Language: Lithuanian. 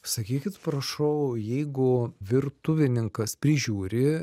sakykit prašau jeigu virtuvininkas prižiūri